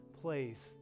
place